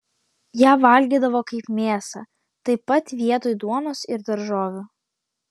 ją valgydavo kaip mėsą taip pat vietoj duonos ir daržovių